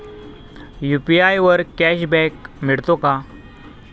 UPI वर cashback मिळतो का?